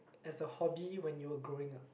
as a hobby when you were growing up